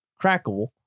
crackable